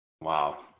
Wow